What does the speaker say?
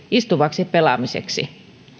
istuvaksi pelaamiseksi